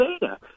data